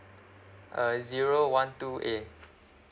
uh zero one two A